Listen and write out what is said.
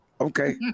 Okay